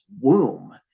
womb